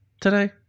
today